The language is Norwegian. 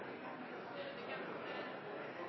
kan ha en